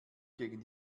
gegen